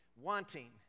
wanting